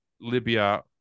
Libya